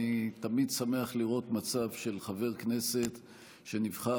אני תמיד שמח לראות מצב של חבר כנסת שנבחר,